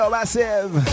Massive